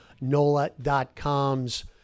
NOLA.com's